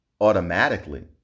automatically